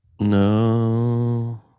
No